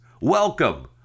welcome